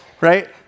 right